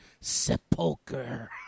sepulcher